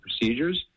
procedures